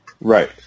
Right